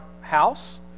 house